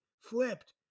Flipped